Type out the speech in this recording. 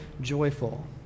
joyful